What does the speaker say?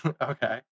okay